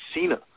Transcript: Cena